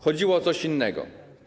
Chodziło o coś innego.